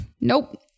Nope